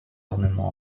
ornement